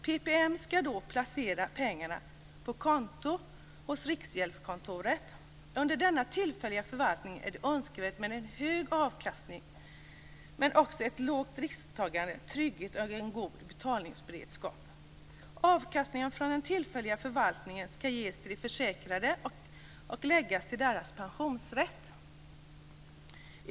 PPM skall då placera pengarna på konto hos Riksgäldskontoret. Under denna tillfälliga förvaltning är det önskvärt med en hög avkastning, men också ett lågt risktagande, trygghet och en god betalningsberedskap. Avkastningen från den tillfälliga förvaltningen skall ges till de försäkrade och läggas till deras pensionsrätt.